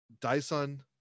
Dyson